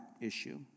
issue